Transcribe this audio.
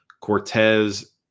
Cortez